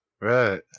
Right